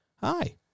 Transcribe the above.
Hi